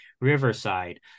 Riverside